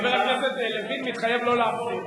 חבר הכנסת לוין מתחייב לא להחזיר.